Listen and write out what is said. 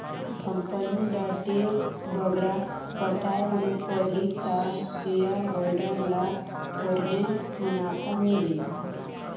company ल tax बगरा पटाए ले परही ता सेयर होल्डर ल थोरहें मुनाफा मिलही